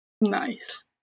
Nice